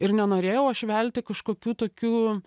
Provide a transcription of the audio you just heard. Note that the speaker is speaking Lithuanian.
ir nenorėjau aš velti kažkokių tokių